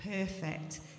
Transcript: perfect